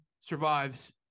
survives